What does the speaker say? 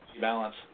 balance